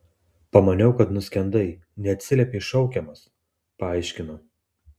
pamaniau kad nuskendai neatsiliepei šaukiamas paaiškino